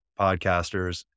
podcasters